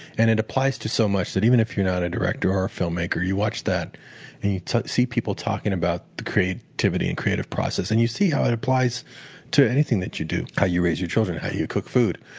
and it applies to so much that even if you're not a director or a filmmaker, you watch that and you see people talking about the creativity and the creative process. and you see how it applies to anything that you do how you raise your children, how you cook food,